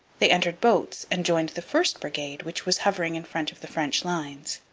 they entered boats and joined the first brigade, which was hovering in front of the french lines.